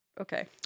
Okay